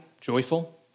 joyful